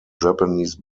japanese